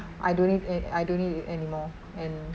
I don't need it I don't need it anymore and